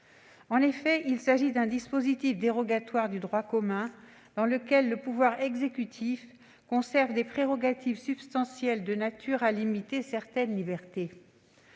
En effet, il s'agit d'un dispositif dérogatoire du droit commun dans lequel le pouvoir exécutif conserve des prérogatives substantielles de nature à limiter certaines libertés.